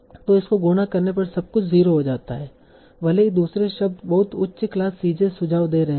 तो इसको गुणा करने पर सब कुछ 0 हो जाता है भले ही दूसरे शब्द बहुत उच्च क्लास cj सुझाव दे रहे थे